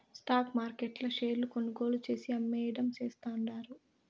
stock మార్కెట్ల షేర్లు కొనుగోలు చేసి, అమ్మేయడం చేస్తండారు